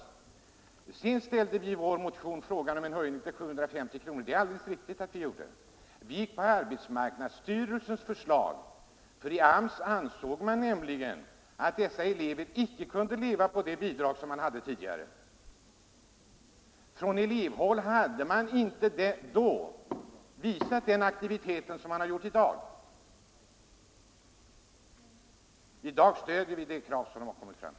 Det är alldeles riktigt att vi i vår motion väckte frågan om en höjning av grundbidraget till 750 kronor. Vi följde arbetsmarknadsstyrelsens förslag. I AMS ansåg man nämligen att ifrågavarande elever icke kunde leva på det bidrag som tidigare utgick. Från elevhåll hade man inte då visat den aktivitet som man har gjort i dag. Vi stöder de krav som de har framställt.